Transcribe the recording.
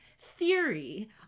theory